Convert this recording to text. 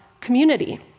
community